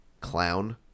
clown